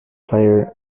player